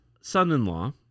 son-in-law